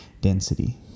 density